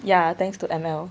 ya thanks to M_L